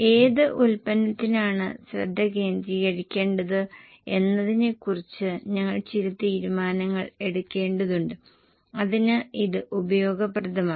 ഏത് ഉൽപ്പന്നത്തിലാണ് ശ്രദ്ധ കേന്ദ്രീകരിക്കേണ്ടത് എന്നതിനെ കുറിച്ച് ഞങ്ങൾ ചില തീരുമാനങ്ങൾ എടുക്കേണ്ടതുണ്ട് അതിന് ഇത് ഉപയോഗപ്രദമാണ്